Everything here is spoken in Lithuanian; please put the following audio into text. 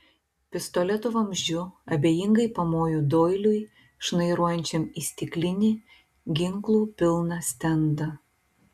pistoleto vamzdžiu abejingai pamojo doiliui šnairuojančiam į stiklinį ginklų pilną stendą